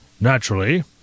Naturally